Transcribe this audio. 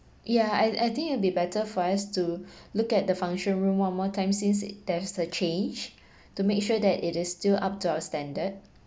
yeah I I think it'll be better for us to look at the function room one more time since there's a change to make sure that it is still up to our standard